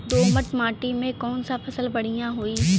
दोमट माटी में कौन फसल बढ़ीया होई?